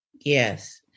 Yes